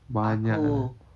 banyak lah